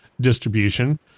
distribution